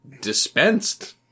dispensed